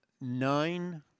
nine